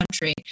country